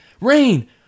Rain